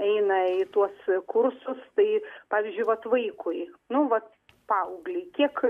eina į tuos kursus tai pavyzdžiui vat vaikui nu vat paaugliui kiek